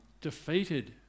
defeated